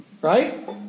Right